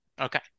okay